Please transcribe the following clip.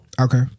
Okay